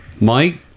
Mike